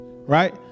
Right